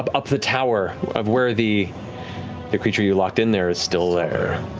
up up the tower of where the the creature you locked in there is still there.